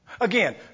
Again